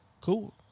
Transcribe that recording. Cool